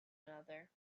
another